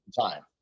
time